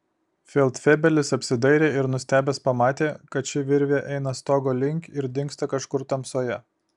feldfebelis apsidairė ir nustebęs pamatė kad ši virvė eina stogo link ir dingsta kažkur tamsoje